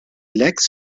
lecks